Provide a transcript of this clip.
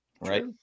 Right